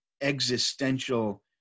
existential